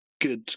good